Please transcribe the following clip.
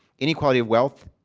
inequality of wealth,